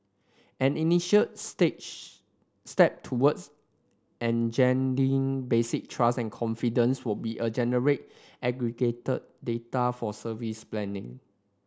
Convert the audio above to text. an initial stage step towards basic trust and confidence would be a generate aggregated data for service planning